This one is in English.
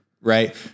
right